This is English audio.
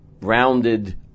rounded